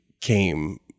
came